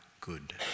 good